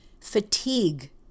Fatigue